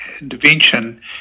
intervention